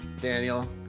Daniel